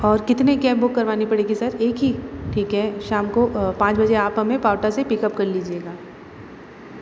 और कितने cab book करवानी पड़ेगी सर एक ही ठीक है शाम को पाँच बजे आप हमें पाउटा से पिकअप कर लीजियेगा